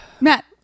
Matt